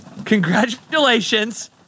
Congratulations